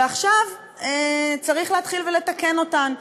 ועכשיו צריך להתחיל ולתקן אותן.